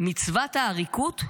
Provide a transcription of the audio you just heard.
"מצוות העריקות.